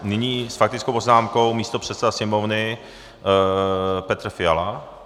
Nyní s faktickou poznámkou místopředseda Sněmovny Petr Fiala.